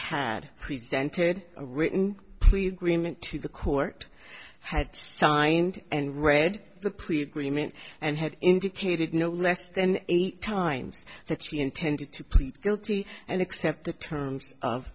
had presented a written plea agreement to the court had signed and read the plea agreement and had indicated no less than eight times that she intended to plead guilty and accept the terms of